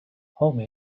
home